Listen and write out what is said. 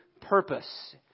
purpose